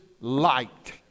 light